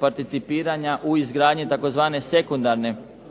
participiranja u izgradnji tzv. sekundarne